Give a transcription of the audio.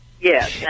Yes